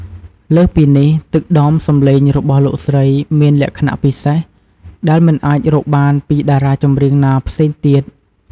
លើសពីនេះ ទឹកដមសំឡេងរបស់លោកស្រីមាន លក្ខណៈពិសេស ដែលមិនអាចរកបានពីតារាចម្រៀងណាផ្សេងទៀត។